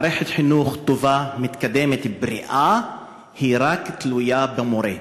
מערכת חינוך טובה, מתקדמת, בריאה, תלויה רק במורה.